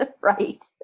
Right